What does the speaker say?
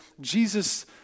Jesus